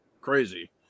crazy